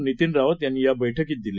नितीन राऊत यांनी या बैठकीत दिले